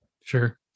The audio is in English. Sure